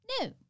No